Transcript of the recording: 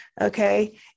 okay